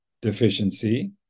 deficiency